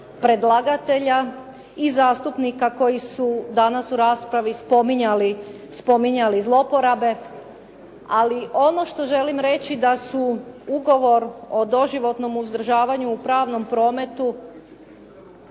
predlagatelja i zastupnika koji su danas u raspravi spominjali zloporabe. Ali ono što želim reći da su ugovor o doživotnom uzdržavanju u pravnom prometu